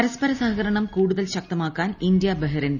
പരസ്പര സഹകരണം കൂടുതൽ ശക്തമാക്കാൻ ഇന്ത്യ ബെഹ്റിൻ നാരണ